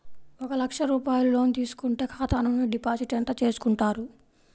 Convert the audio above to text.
ఒక లక్ష రూపాయలు లోన్ తీసుకుంటే ఖాతా నుండి డిపాజిట్ ఎంత చేసుకుంటారు?